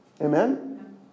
Amen